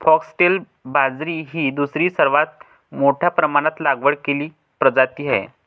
foxtail बाजरी ही दुसरी सर्वात मोठ्या प्रमाणात लागवड केलेली प्रजाती आहे